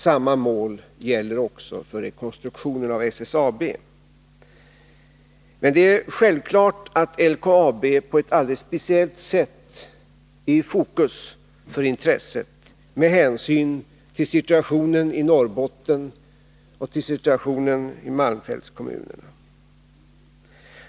Samma mål gäller för rekonstruktionen av SSAB. Men det är självklart att LKAB på ett alldeles speciellt sätt är i fokus för intresset med hänsyn till situationen i Norrbotten och särskilt situationen i malmfältskommunerna.